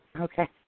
Okay